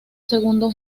segundo